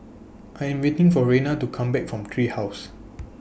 I Am waiting For Raina to Come Back from Tree House